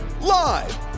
Live